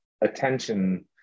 attention